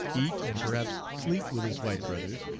eat, and perhaps sleep with his white brothers,